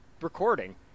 recording